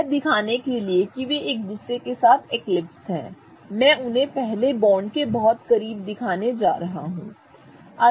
यह दिखाने के लिए कि वे एक दूसरे के साथ एक्लिप्स हैं मैं उन्हें पहले बॉन्ड के बहुत करीब दिखाने जा रहा हूं ठीक है